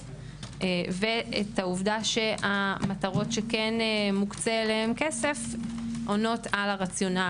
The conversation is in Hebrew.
ואת העובדה שהמטרות שכן מוקצה להן כסף עונה על הרציונל.